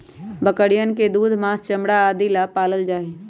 बकरियन के दूध, माँस, चमड़ा आदि ला पाल्ल जाहई